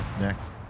Next